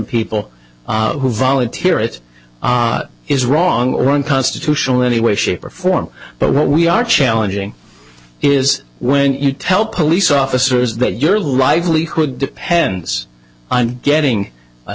people who volunteer it is wrong or unconstitutional any way shape or form but what we are challenging is when you tell police officers that your livelihood depends on getting a